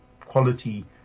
quality